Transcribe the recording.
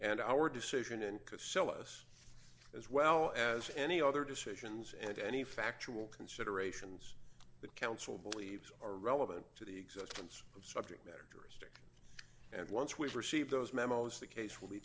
and our decision and selous as well as any other decisions and any factual considerations that counsel believes are relevant to the existence of subject matter and once we receive those memos the case will be